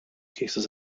cases